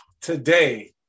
today